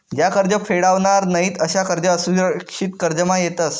ज्या कर्ज फेडावनार नयीत अशा कर्ज असुरक्षित कर्जमा येतस